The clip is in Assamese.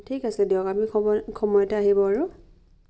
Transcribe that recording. ঠিক আছে দিয়ক আপুনি সময় সময়তে আহিব আৰু